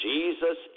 Jesus